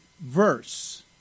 verse